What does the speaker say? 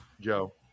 Joe